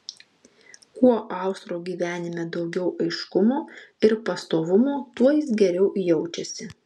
kuo austro gyvenime daugiau aiškumo ir pastovumo tuo jis geriau jaučiasi